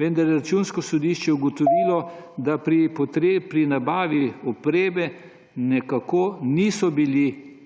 vendar je Računsko sodišče ugotovilo, da pri nabavi opreme nekako sploh niso bili